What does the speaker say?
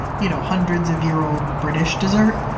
you know hundreds of year old british dessert.